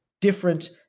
different